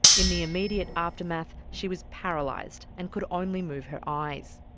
in the immediate aftermath she was paralysed and could only move her eyes.